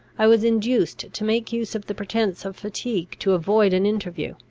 i was induced to make use of the pretence of fatigue to avoid an interview.